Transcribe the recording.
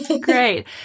great